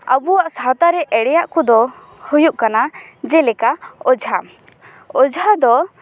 ᱟᱵᱚᱣᱟᱜ ᱥᱟᱶᱛᱟᱨᱮ ᱮᱲᱮᱭᱟᱜ ᱠᱚᱫᱚ ᱦᱩᱭᱩᱜ ᱠᱟᱱᱟ ᱡᱮᱞᱮᱠᱟ ᱚᱡᱷᱟ ᱚᱡᱷᱟ ᱫᱚ